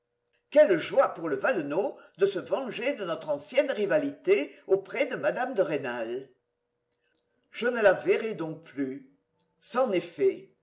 quelle joie pour le valenod de se venger de notre ancienne rivalité auprès de mme de rênal je ne la verrai donc plus c'en est fait